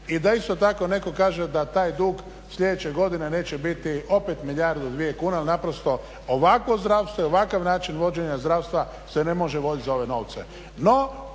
i da isto tako netko kaže da taj dug sljedeće godine neće biti opet milijardu, dvije kuna jer naprosto ovakvo zdravstvo i ovakav način vođenja zdravstva se ne može vodit za ove novce.